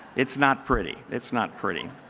it's not pretty. it's not pretty.